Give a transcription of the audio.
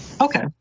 Okay